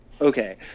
Okay